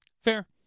Fair